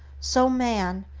so man,